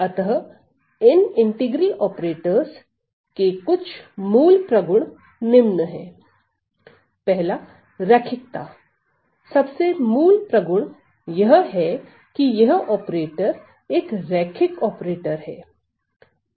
अतः इन integral operators के कुछ मूल प्रगुण निम्न है 1 रैखिकता सबसे मूल प्रगुण यह है की यह ऑपरेटर एक रैखिक ऑपरेटर है